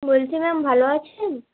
বলছি ম্যাম ভালো আছেন